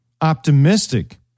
optimistic